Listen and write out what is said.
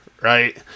right